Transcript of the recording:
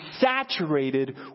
saturated